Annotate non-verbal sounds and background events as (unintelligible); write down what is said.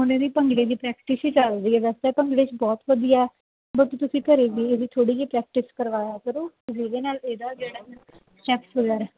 ਹੁਣ ਇਹਦੀ ਭੰਗੜੇ ਦੀ ਪ੍ਰੈਕਟਿਸ ਹੀ ਚੱਲ ਰਹੀ ਹੈ ਵੈਸੇ ਇਹ ਭੰਗੜੇ 'ਚ ਬਹੁਤ ਵਧੀਆ ਬਟ ਤੁਸੀਂ ਘਰ ਵੀ ਇਹਦੀ ਥੋੜ੍ਹੀ ਜਿਹੀ ਪ੍ਰੈਕਟਿਸ ਕਰਵਾਇਆ ਕਰੋ ਕਿ ਜਿਹਦੇ ਨਾਲ ਇਹਦਾ ਜਿਹੜਾ (unintelligible) ਐ